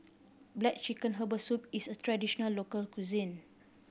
black chicken herbal soup is a traditional local cuisine